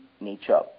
nature